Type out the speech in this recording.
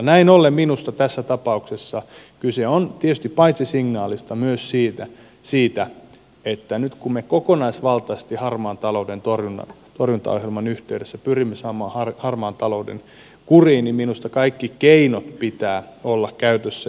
näin ollen minusta tässä tapauksessa kyse on tietysti paitsi signaalista myös siitä että nyt kun me kokonaisvaltaisesti harmaan talouden torjuntaohjelman yhteydessä pyrimme saamaan harmaan talouden kuriin niin minusta kaikkien keinojen pitää olla käytössä